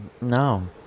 No